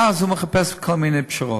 ואז היא מחפשת כל מיני פשרות.